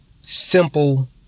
simple